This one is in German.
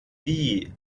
wie